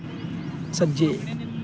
सज्जे